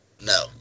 no